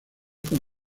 con